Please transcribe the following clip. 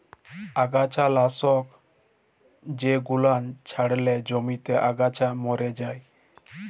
আগাছা লাশক জেগুলান ছড়ালে জমিতে আগাছা ম্যরে যায়